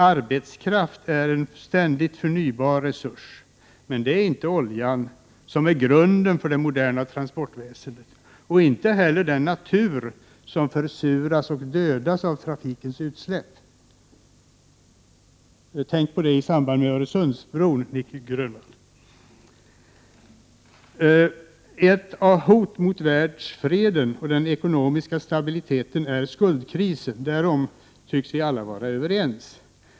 Arbetskraft är en ständig, förnybar resurs, medan oljan, som är grunden för det moderna transportväsendet, inte är förnybar och inte heller den natur som försuras och dödas av trafikens utsläpp. Nic Grönvall, tänk på detta i samband med Öresundsbron! Ett av hoten mot världsfreden och den ekonomiska stabiliteten är skuldkrisen. Därom tycks vi alla vara överens.